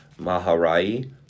Maharai